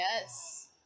Yes